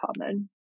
common